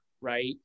right